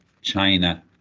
China